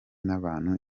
nabantu